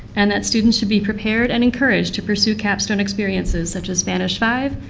and that students should be prepared and encouraged to pursue capstone experiences such as spanish five,